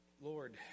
Lord